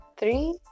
Three